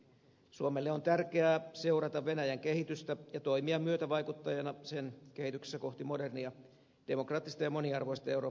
suomelle on tärkeää seurata venäjän kehitystä ja toimia myötävaikuttajana sen kehityksessä kohti modernia demokraattista ja moniarvoista eurooppalaista oikeusvaltiota